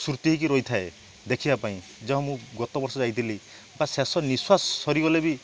ସ୍ମୃତି ହେଇକି ରହିଥାଏ ଦେଖିବା ପାଇଁ ଯେଉଁ ମୁଁ ଗତବର୍ଷ ଯାଇଥିଲି ତ ଶେଷ ନିଶ୍ୱାସ ସରିଗଲେ ବି